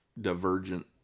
divergent